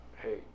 Hey